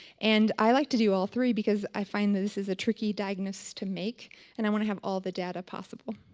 and i like to do all three because i find that this is a tricky diagnosis to make and i want to have all the data possible.